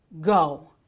go